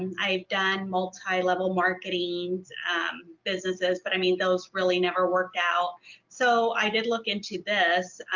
and i've done multi-level marketing um businesses but i mean those really never worked out so i did look into this.